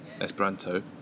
Esperanto